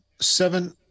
seven